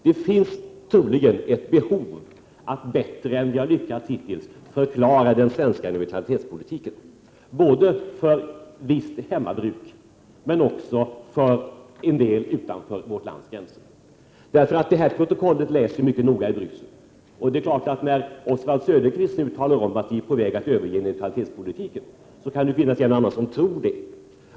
Det finns troligen ett behov av att bättre än vi har lyckats hittills förklara den svenska neutralitetspolitiken, både för visst hemmabruk och för en del utanför vårt lands gränser. Det här protokollet läses nämligen mycket noga i Bryssel, och det är klart att när Oswald Söderqvist nu talar om, att vi är på väg att överge neutralitetspolitiken, kan det finnas en och annan som tror det.